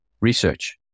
research